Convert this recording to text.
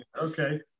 okay